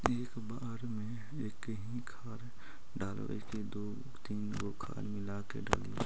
एक बार मे एकही खाद डालबय की दू तीन गो खाद मिला के डालीय?